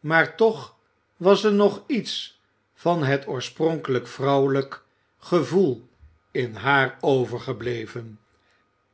maar toch was er nog iets van het oorspronkelijk vrouwelijk gevoel in haar overgebleven